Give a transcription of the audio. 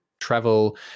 travel